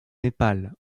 népal